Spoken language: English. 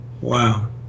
Wow